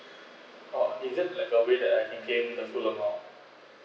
or is there like a way that I can get control amount